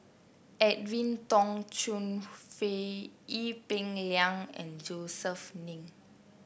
Edwin Tong Chun Fai Ee Peng Liang and Josef Ng